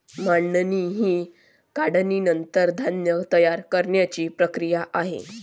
मळणी ही काढणीनंतर धान्य तयार करण्याची प्रक्रिया आहे